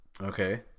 Okay